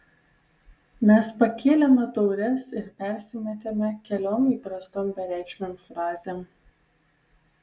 mes pakėlėme taures ir persimetėme keliom įprastom bereikšmėm frazėm